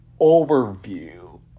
overview